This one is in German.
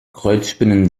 kreuzspinnen